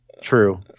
True